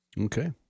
Okay